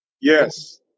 Yes